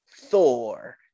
Thor